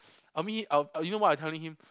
I meet I'll you know what I telling him